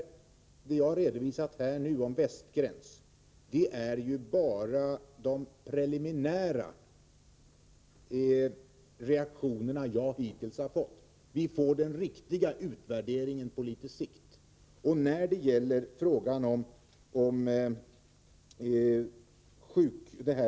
Vad jag nu har redovisat om Västgräns är ju bara de preliminära reaktioner som jag hittills har fått. Den riktiga utvärderingen kommer på litet sikt.